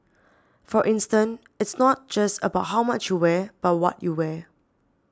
for instance it's not just about how much you wear but what you wear